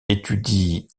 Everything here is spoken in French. étudie